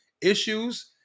issues